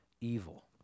evil